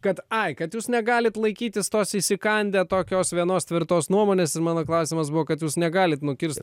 kad ai kad jūs negalit laikytis tos įsikandę tokios vienos tvirtos nuomonės ir mano klausimas buvo kad jūs negalit nukirst